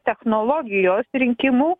technologijos rinkimų